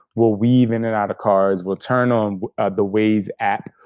we'll weave in and out of cars. we'll turn on the waze app.